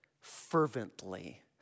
fervently